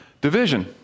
division